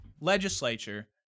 legislature